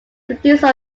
producer